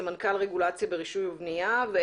סמנכ"ל רגולציה ברישוי ובניה במנהל התכנון.